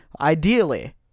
ideally